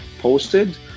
posted